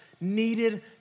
needed